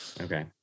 Okay